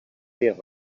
dir